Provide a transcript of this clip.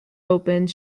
opened